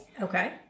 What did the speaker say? Okay